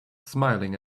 smiling